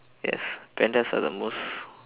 yes pandas are the most